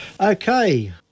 Okay